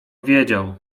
wiedział